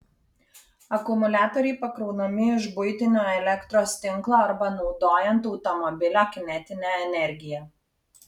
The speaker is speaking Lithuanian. akumuliatoriai pakraunami iš buitinio elektros tinklo arba naudojant automobilio kinetinę energiją